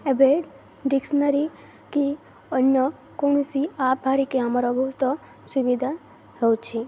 ଏବେ ଡିକ୍ସନାରୀ କି ଅନ୍ୟ କୌଣସି ଆପ୍ ଭାରିକି ଆମର ବହୁତ ସୁବିଧା ହେଉଛି